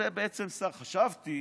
חשבתי,